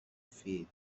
feet